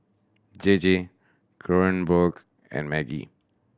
J J Kronenbourg and Maggi